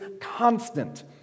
constant